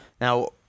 Now